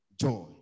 joy